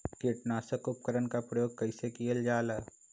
किटनाशक उपकरन का प्रयोग कइसे कियल जाल?